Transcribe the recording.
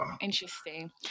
interesting